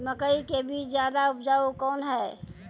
मकई के बीज ज्यादा उपजाऊ कौन है?